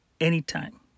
anytime